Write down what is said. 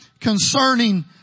Concerning